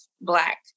black